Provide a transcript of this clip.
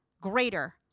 greater